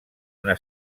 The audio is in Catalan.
una